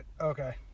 Okay